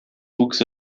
wuchs